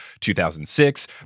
2006